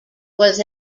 was